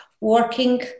working